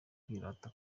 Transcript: kwirata